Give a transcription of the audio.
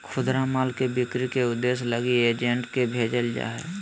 खुदरा माल के बिक्री के उद्देश्य लगी एजेंट के भेजल जा हइ